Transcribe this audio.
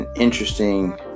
interesting